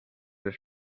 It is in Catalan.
les